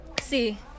See